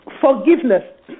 Forgiveness